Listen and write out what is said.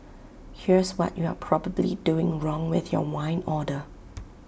here's what you are probably doing wrong with your wine order